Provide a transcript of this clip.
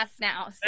now